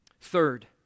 Third